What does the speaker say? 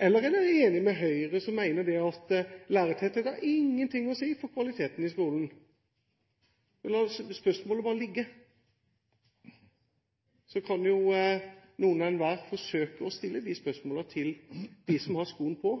Eller er dere enige med Høyre, som mener at lærertetthet har ingenting å si for kvaliteten i skolen? Jeg lar bare spørsmålene ligge, så kan jo noen hver forsøke å stille spørsmålene til dem som har skoen på,